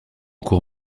cour